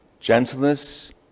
Gentleness